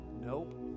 nope